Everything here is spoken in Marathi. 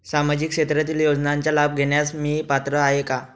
सामाजिक क्षेत्रातील योजनांचा लाभ घेण्यास मी पात्र आहे का?